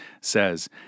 says